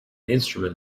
instrument